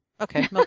Okay